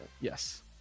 Yes